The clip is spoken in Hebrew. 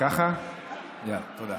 בבקשה.